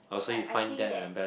like I think that